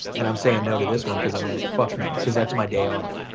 and i'm saying no to this one cause i'm like fuck no, cause that's my day off.